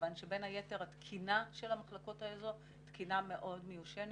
כיוון שבין היתר התקינה של המחלקות האלו היא תקינה מאוד מיושנת,